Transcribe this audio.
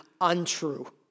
untrue